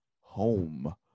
home